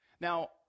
Now